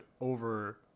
over